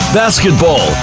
basketball